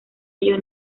ello